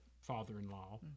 father-in-law